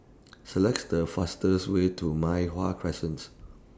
Select The fastest Way to Mei Hwan Crescents